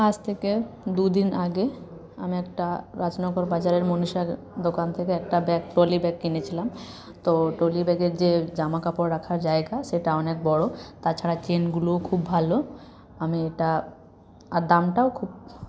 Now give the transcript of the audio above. আজ থেকে দুদিন আগে আমি একটা রাজনগর বাজারে মণীষার দোকান থেকে একটা ব্যাগ ট্রলি ব্যাগ কিনেছিলাম তো ট্রলি ব্যাগের যে জামাকাপড় রাখার জায়গা সেটা অনেক বড় তাছাড়া চেনগুলোও খুব ভালো আমি ওটা আর দামটাও খুব